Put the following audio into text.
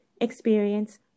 experience